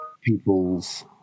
people's